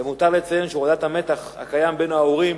למותר לציין שהורדת המתח הקיים בין ההורים